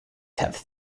have